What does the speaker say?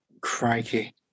Crikey